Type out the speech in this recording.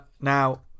Now